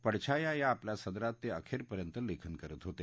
पडछाया या आपल्या सदरात ते अखेरपर्यंत लेखन करत होते